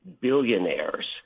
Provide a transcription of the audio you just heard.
billionaires